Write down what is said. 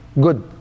good